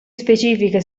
specifiche